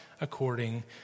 according